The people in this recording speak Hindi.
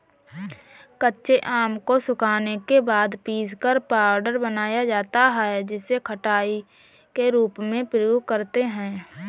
कच्चे आम को सुखाने के बाद पीसकर पाउडर बनाया जाता है जिसे खटाई के रूप में प्रयोग करते है